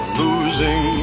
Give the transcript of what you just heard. losing